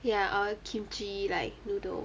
ya or kimchi like noodle